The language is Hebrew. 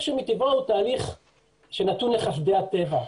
שמטבעו הוא תהליך שנתון לחסדי הטבע.